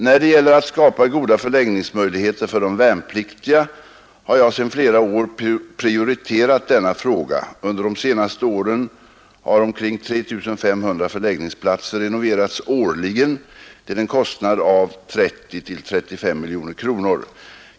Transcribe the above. När det gäller att skapa goda förläggningsmöjligheter för de värnpliktiga har jag sedan flera år prioriterat denna fräga. Under de senaste aren har omkring 3 500 förläggningsplatser renoverats årligen till en kostnad av 30-35 miljoner kronor.